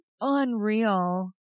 unreal